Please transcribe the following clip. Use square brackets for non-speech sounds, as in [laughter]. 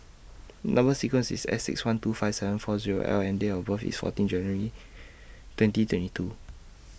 Number sequence IS S six one two five seven four Zero L and Date of birth IS fourteen February twenty twenty two [noise]